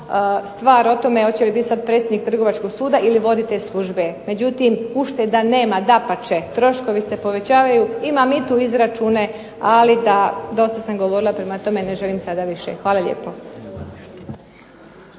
stvar o tome hoće li biti sad predsjednik Trgovačkog suda ili voditelj službe. Međutim, ušteda nema, dapače troškovi se povećavaju. Imam i tu izračune, ali da, dosta sam govorila prema tome ne želim sada više. Hvala lijepo.